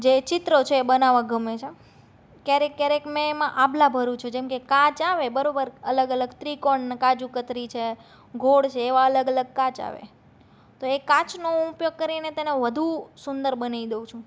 જે ચિત્રો છે બનાવવા ગમે છે ક્યારેક ક્યારેક મેં એમાં આભલા ભરું છું જેમ કે કાચ આવે બરોબર અલગ અલગ ત્રિકોણ ને કાજુ કતરી છે ગોળ છે એવા અલગ અલગ કાચ આવે તો કાચનો હું ઉપયોગ કરીને તેનો વધુ સુંદર બનાવી દઉં છું